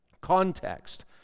context